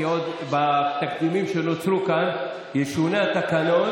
כי עוד בתקדימים שנוצרו כאן ישונה התקנון